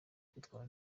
kwitwara